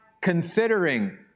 considering